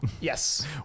yes